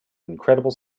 incredible